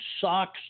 socks